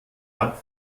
hat